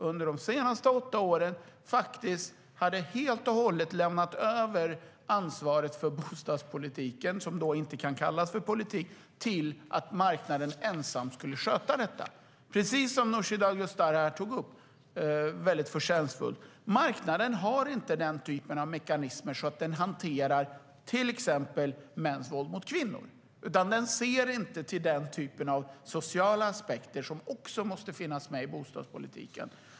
Under de senaste åtta åren har man i princip helt och hållet lämnat över ansvaret för bostadspolitiken, som då inte kan kallas politik, till att marknaden ensam ska sköta detta - precis som Nooshi Dadgostar så förtjänstfullt tog upp. Marknaden har inte den typen av mekanismer så att den hanterar till exempel mäns våld mot kvinnor. Den ser inte till den typen av sociala aspekter som också måste finnas med i bostadspolitiken.